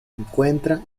encuentra